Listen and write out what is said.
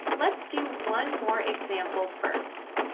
let's do one more example first.